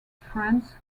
friends